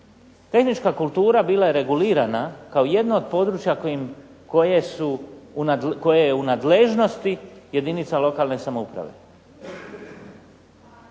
tehnička kultura bila je regulirana kao jedno od područja koje je u nadležnosti jedinica lokalne samouprave.